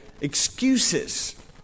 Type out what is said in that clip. excuses